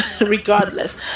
regardless